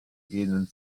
ihnen